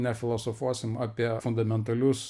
nefilosofuosim apie fundamentalius